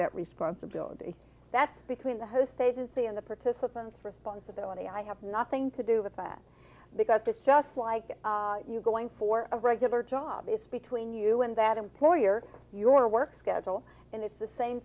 that responsibility that's between the host stages the other participants responsibility i have nothing to do with that because it's just like you're going for a regular job it's between you and that employer your work schedule and it's the same